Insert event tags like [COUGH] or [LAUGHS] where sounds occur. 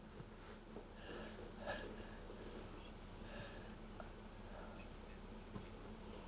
[LAUGHS]